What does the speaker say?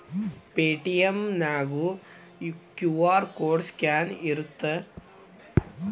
Paytm ನ್ಯಾಗು QR code scan ಇರತ್ತ